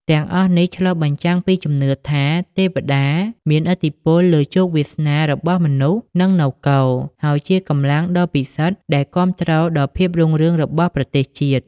ទាំងអស់នេះឆ្លុះបញ្ចាំងពីជំនឿថា ទេពតាមានឥទ្ធិពលលើជោគវាសនារបស់មនុស្ស និងនគរ ហើយជាកម្លាំងដ៏ពិសិដ្ឋដែលគាំទ្រដល់ភាពរុងរឿងរបស់ប្រទេសជាតិ។